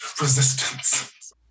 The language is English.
resistance